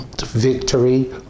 victory